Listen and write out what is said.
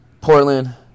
Portland